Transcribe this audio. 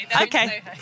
okay